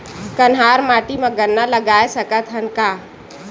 कन्हार माटी म गन्ना लगय सकथ न का?